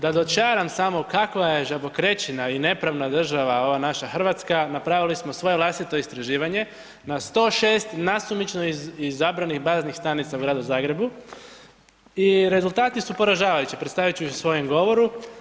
Da dočaram samo kakva je žabokrečina i nepravna država, ova naša Hrvatska, napravili smo svoje vlastito istraživanje, na 106 nasumično izabranih baznih stanica u Gradu Zagrebu i rezultati su ponižavajući, predstaviti ću ih u svojem govoru.